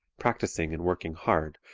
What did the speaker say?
practicing and working hard,